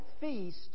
feast